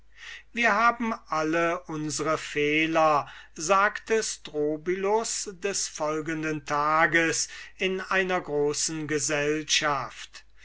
wir haben alle unsre fehler sagte strobylus des folgenden tages in einer großen gesellschaft